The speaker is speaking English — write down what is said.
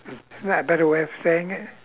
is that a better way of saying it